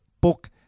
book